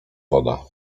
woda